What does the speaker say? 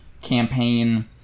campaign